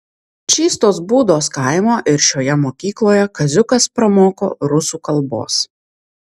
čystos būdos kaimo ir šioje mokykloje kaziukas pramoko rusų kalbos